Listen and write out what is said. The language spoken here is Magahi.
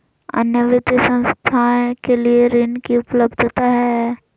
अन्य वित्तीय संस्थाएं के लिए ऋण की उपलब्धता है?